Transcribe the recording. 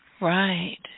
Right